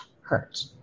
hurt